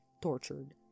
tortured